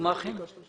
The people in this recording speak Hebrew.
הגמ"חים, יש לכם